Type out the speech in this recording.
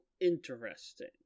interesting